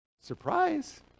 Surprise